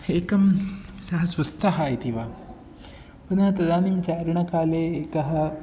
एकं सः स्वस्थः इति वा पुनः तदानीं चारणकाले एकः